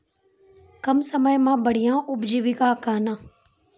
कम समय मे बढ़िया उपजीविका कहना?